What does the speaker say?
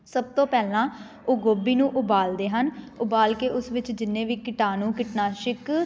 ਸਭ ਤੋਂ ਪਹਿਲਾਂ ਉਹ ਗੋਭੀ ਨੂੰ ਉਬਾਲਦੇ ਹਨ ਉਬਾਲ ਕੇ ਉਸ ਵਿੱਚ ਜਿੰਨੇ ਵੀ ਕੀਟਾਣੂ ਕੀਟਨਾਸ਼ਕ